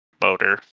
motor